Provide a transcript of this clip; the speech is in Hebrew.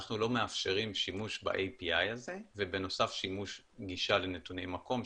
אנחנו לא מאפשרים שימוש ב-API הזה ובנוסף שימוש גישה לנתוני מקום,